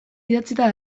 idatzita